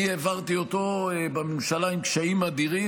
אני העברתי אותו בממשלה בקשיים אדירים,